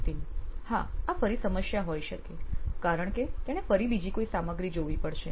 નીતિન આ ફરી સમસ્યા હોઈ શકે કારણ કે તેણે ફરી બીજી કોઈ સામગ્રી જોવી પડશે